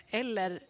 eller